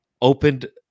opened